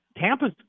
Tampa's